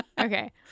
Okay